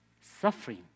suffering